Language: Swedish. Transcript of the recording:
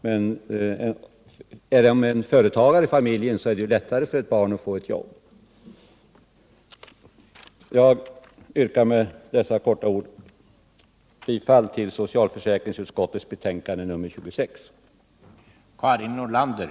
Men även de. problemen skall ses över av utred Onsdagen den